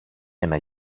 ένα